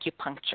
acupuncture